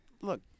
look